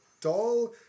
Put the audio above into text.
doll